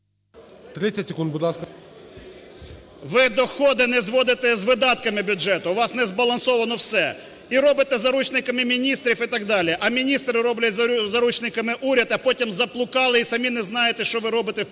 ви доходи не зводите з видатками бюджету, у вас не збалансоване все, і робите заручниками міністрів і так далі. А міністри роблять заручниками уряд, а потім заблукали, і самі не знаєте, що ви робите у